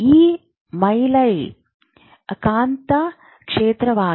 ಈ ಮೇಲ್ಮೈ ಕಾಂತಕ್ಷೇತ್ರವಾಗಿದೆ